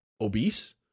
obese